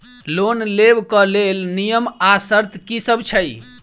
Loan लेबऽ कऽ लेल नियम आ शर्त की सब छई?